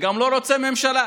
וגם לא רוצה ממשלה.